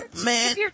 Man